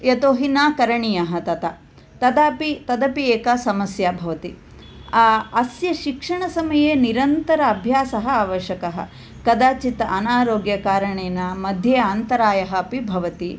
यतोहि न करणीयः तथा तदापि तदपि एका समस्या भवति अस्य शिक्षणसमये निरन्तर अभ्यासः आवश्यकः कदाचित् अनारोग्यकारणेन मध्ये अन्तरायः अपि भवति